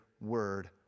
word